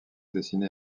dessinée